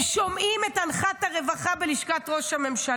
הם שומעים על אנחת הרווחה בלשכת ראש הממשלה,